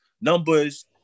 numbers